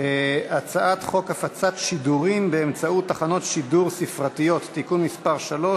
הצעת חוק הפצת שידורים באמצעות תחנות שידור ספרתיות (תיקון מס' 3),